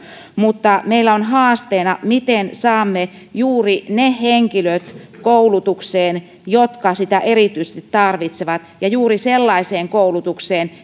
mutta meillä on haasteena miten saamme juuri ne henkilöt koulutukseen jotka sitä erityisesti tarvitsevat ja juuri sellaiseen koulutukseen